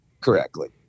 correctly